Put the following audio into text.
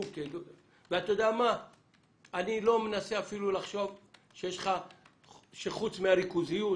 אני לא מנסה אפילו לחשוב שחוץ מהריכוזיות